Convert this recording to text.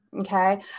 okay